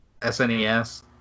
SNES